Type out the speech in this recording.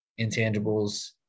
intangibles –